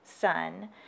sun